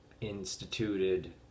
instituted